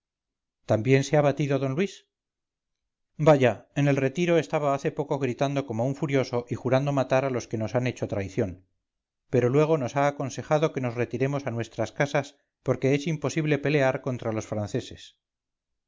también se ha batido d luis vaya en el retiro estaba hace poco gritando como un furioso y jurando matar a los que nos han hecho traición pero luego nos ha aconsejado que nos retiremos a nuestras casas porque es imposible pelear contra los franceses